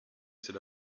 c’est